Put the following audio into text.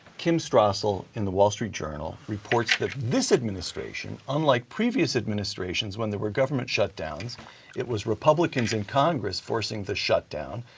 kim strassel in the wall street journal, reports that this administration, unlike previous administrations when there were government shutdowns it was republicans in congress forcing the shutdown,